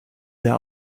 sehr